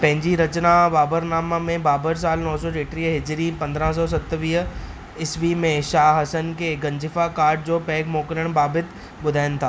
पंहिंजी रचना बाबरनामा में बाबर सालु नौ सौ टेटीह हिजरी पंद्रहं सौ सतवीह ईस्वी में शाह हसन खे गंजिफा कार्ड जो पैक मोकिलणु बाबति ॿुधाईनि था